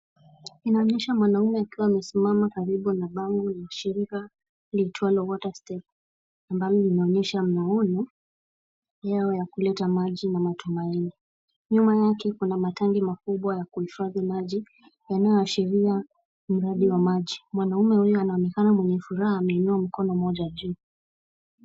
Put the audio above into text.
Inaonyesha mwanamume akiwa amesimama karibu na bango la shirika liitwalo Water Step ambalo linaonyesha muuni yao ya kuleta maji na matumaini. Nyuma yake kuna matanki makubwa ya kuhifadhi maji yanayoashiria mradi wa maji. Mwanaume huyo anaonekana mwenye furaha ameinua mkono moja juu.